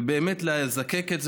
ובאמת לזקק את זה,